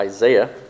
Isaiah